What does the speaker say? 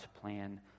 plan